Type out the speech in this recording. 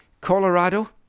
Colorado